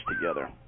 together